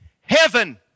heaven